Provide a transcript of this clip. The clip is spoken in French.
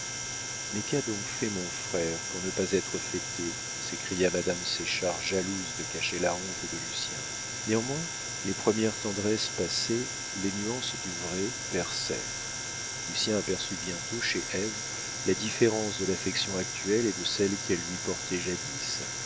mais qu'a donc fait mon frère pour ne pas être fêté s'écria madame séchard jalouse de cacher la honte de lucien néanmoins les premières tendresses passées les nuances du vrai percèrent lucien aperçut bientôt chez ève la différence de l'affection actuelle et de celle qu'elle lui portait jadis